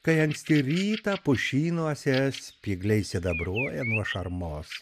kai anksti rytą pušynuose spygliai sidabruoja nuo šarmos